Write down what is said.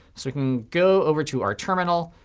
so we can go over to our terminal.